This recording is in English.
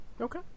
Okay